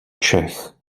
čech